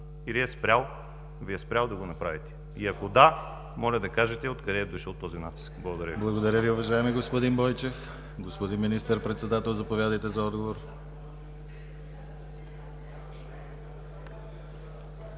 или Ви е спрял да го направите? И, ако да, моля Ви да кажете откъде е дошъл този натиск. Благодаря Ви.